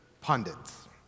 pundits